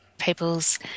people's